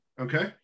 okay